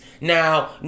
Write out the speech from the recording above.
Now